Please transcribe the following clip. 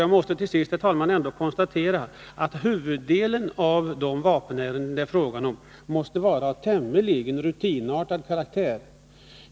Jag måste konstatera att huvuddelen av de vapenärenden som det gäller måste vara av tämligen rutinartad karaktär.